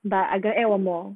but I got add one more